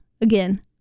Again